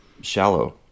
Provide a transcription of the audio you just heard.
shallow